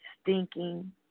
stinking